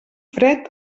fred